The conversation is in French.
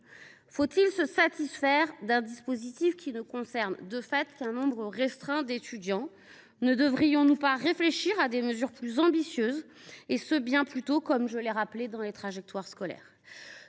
Faut il se satisfaire d’un dispositif qui ne concerne de fait qu’un nombre restreint d’étudiants ? Ne devrions nous pas réfléchir à des mesures plus ambitieuses, intervenant bien plus tôt, j’y insiste, dans les trajectoires scolaires ?